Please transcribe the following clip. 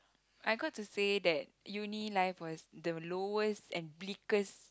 I got to say that uni life was the lowest and bleakest